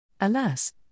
Alas